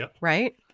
right